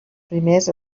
primers